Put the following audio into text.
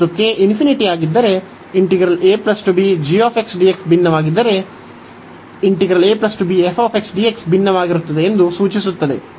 ಮತ್ತು k ಆಗಿದ್ದರೆ ಭಿನ್ನವಾಗಿದ್ದರೆ ⟹ ಭಿನ್ನವಾಗಿರುತ್ತದೆ ಎಂದು ಸೂಚಿಸುತ್ತದೆ